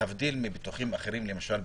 להבדיל מאחרים למשל,